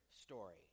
story